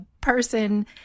person